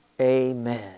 amen